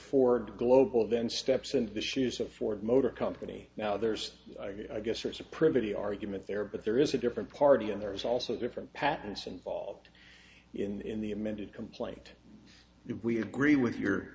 ford global then steps in the shoes of ford motor company now there's i guess there's a pretty argument there but there is a different party and there's also different patents involved in the amended complaint if we agree with your